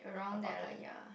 about there